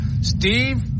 Steve